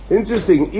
interesting